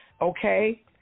okay